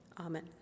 Amen